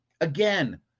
Again